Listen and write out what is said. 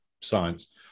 science